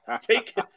Take